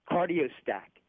Cardiostack